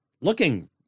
looking